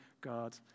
God